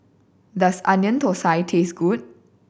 does Onion Thosai taste good